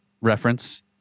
reference